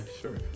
Sure